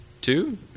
Two